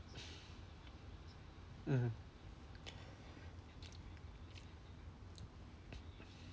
mmhmm